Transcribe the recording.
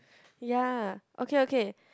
yea okay okay